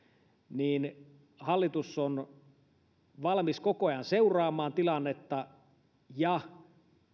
niin hallitus on valmis koko ajan seuraamaan tilannetta ja